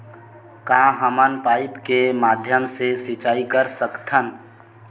का हमन पाइप के माध्यम से सिंचाई कर सकथन?